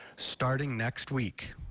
starting next week,